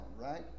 right